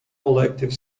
elective